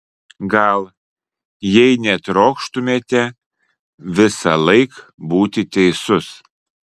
gal jei netrokštumėte visąlaik būti teisus